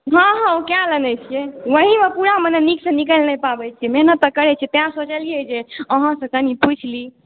हँ हँ ओ कए लेले छिऐ वही मने पुरा निकसँ निकलि नहि पाबै छै मेहनत तऽ करै छी तैं सोचलिऐ जे अहाँसँ कनि पुछि ली